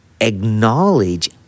Acknowledge